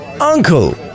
Uncle